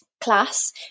class